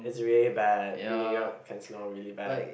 is really bad New York can smell really bad